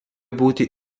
būti